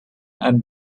and